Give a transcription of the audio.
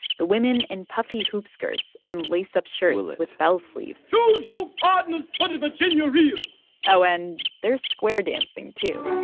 the women in puffy hoop skirts and lace-up shirts with bell sleeves choose so your partners for the virginia reel oh, and there's square dancing, too